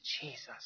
Jesus